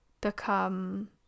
become